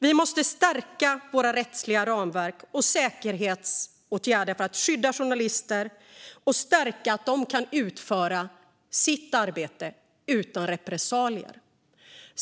Vi måste stärka våra rättsliga ramverk och säkerhetsåtgärder för att skydda journalister och stärka deras möjlighet att utföra sitt arbete utan repressalier.